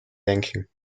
denken